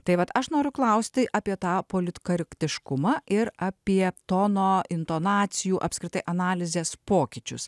tai vat aš noriu klausti apie tą politkarektiškumą ir apie tono intonacijų apskritai analizės pokyčius